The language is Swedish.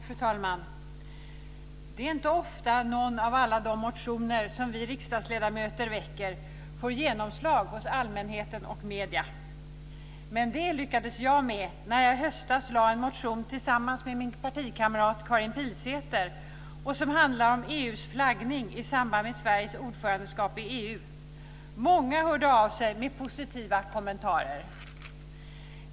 Fru talman! Det är inte ofta någon av alla de motioner som vi riksdagsledamöter väcker får genomslag hos allmänheten och medierna. Men det lyckades jag med i höstas när jag tillsammans med min partikamrat Karin Pilsäter väckte en motion som handlade om EU:s flaggning i samband med Sveriges ordförandeskap i EU. Många hörde av sig med positiva kommentarer.